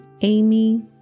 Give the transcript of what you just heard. Amy